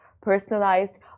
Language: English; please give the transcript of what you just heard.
personalized